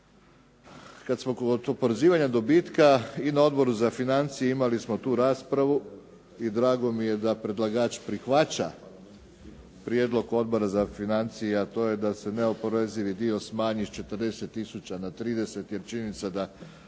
Kad smo kod oporezivanja dobitka i na Odboru za financije imali smo tu raspravu i drago mi je da predlagač prihvaća prijedlog Odbora za financije a to je da se neoporezivi dio smanji s 40 tisuća na 30 jer činjenica da